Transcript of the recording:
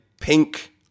pink